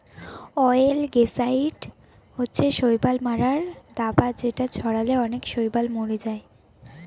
অয়েলগেসাইড হচ্ছে শৈবাল মারার দাবা যেটা ছড়ালে অনেক শৈবাল মরে যায়